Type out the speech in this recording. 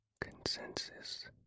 Consensus